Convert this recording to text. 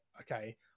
Okay